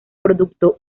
producto